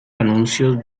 anuncios